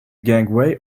gangway